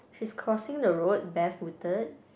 she's crossing the road barefooted